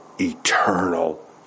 eternal